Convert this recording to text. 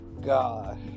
god